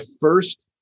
first